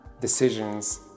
decisions